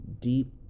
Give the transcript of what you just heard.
deep